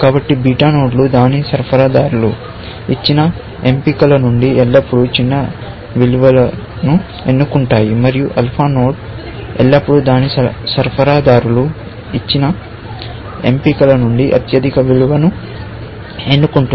కాబట్టి బీటా నోడ్లు దాని సరఫరాదారులు ఇచ్చిన ఎంపికల నుండి ఎల్లప్పుడూ చిన్న విలువను ఎన్నుకుంటాయి మరియు ఆల్ఫా నోడ్ ఎల్లప్పుడూ దాని సరఫరాదారులు ఇచ్చిన ఎంపికల నుండి అత్యధిక విలువను ఎన్నుకుంటుంది